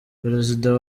perezida